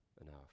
enough